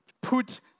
put